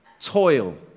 toil